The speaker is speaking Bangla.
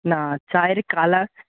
না চায়ের কালার